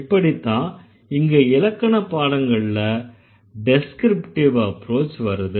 இப்படித்தான் இங்க இலக்கண பாடங்கள்ல டெஸ்க்ரிப்டிவ் அப்ரோச் வருது